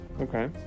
okay